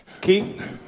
Keith